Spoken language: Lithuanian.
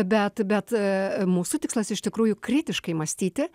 bet bet mūsų tikslas iš tikrųjų kritiškai mąstyti